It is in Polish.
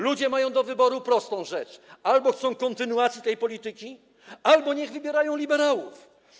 Ludzie mają do wyboru prostą rzecz: albo chcą kontynuacji tej polityki, albo niech wybierają liberałów.